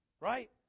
right